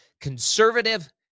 conservative